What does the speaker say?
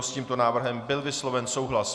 S tímto návrhem byl vysloven souhlas.